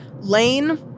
lane